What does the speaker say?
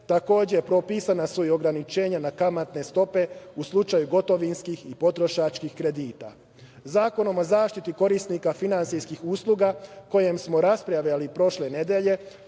Takođe, propisana su i ograničenja na kamatne stope u slučaju gotovinskih i potrošačkih kredita. Zakonom o zaštiti korisnika finansijskih usluga, o kojem smo raspravljali prošle nedelje,